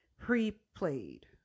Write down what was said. Pre-played